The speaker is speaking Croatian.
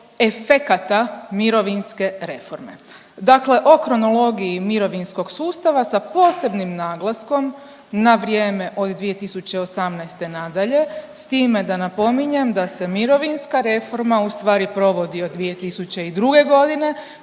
efekata mirovinske reforme. Dakle, o kronologiji mirovinskog sustava sa posebnim naglaskom na vrijeme od 2018. nadalje s time da napominjem da se mirovinska reforma ustvari provodi od 2002. godine